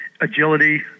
Agility